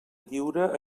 lliure